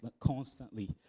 constantly